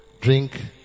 Drink